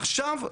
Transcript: עכשיו,